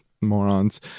morons